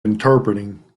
interpreting